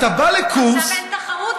אתה בא לקורס, עכשיו אין תחרות.